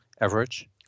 average